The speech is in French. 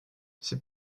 c’est